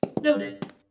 Noted